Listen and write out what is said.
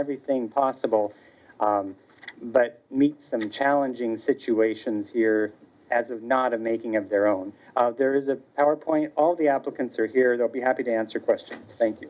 everything possible but meet some challenging situations here as of not of making of their own there is a power point all the applicants are here they'll be happy to answer questions thank you